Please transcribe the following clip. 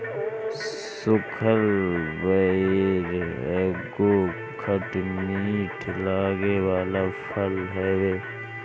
सुखल बइर एगो खट मीठ लागे वाला फल हवे